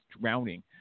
drowning